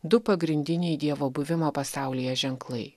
du pagrindiniai dievo buvimo pasaulyje ženklai